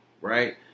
Right